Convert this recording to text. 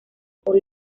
por